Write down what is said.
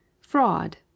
Fraud